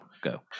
go